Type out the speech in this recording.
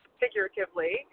figuratively